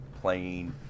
playing